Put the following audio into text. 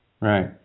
Right